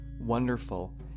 wonderful